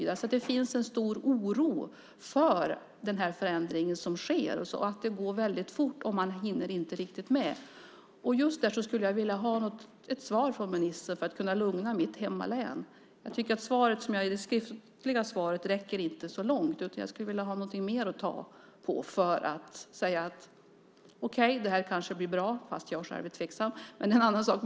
Det finns en stor oro för den förändring som sker. Det går väldigt fort, och man hinner inte riktigt med. Just där skulle jag vilja ha ett svar från ministern för att kunna lugna mitt hemlän. Jag tycker att det skriftliga svaret inte räcker så långt. Jag skulle vilja ha något mer att ta på, att man säger att det kanske blir bra - jag själv är tveksam, det är en annan sak.